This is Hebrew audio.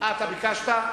ביקשת?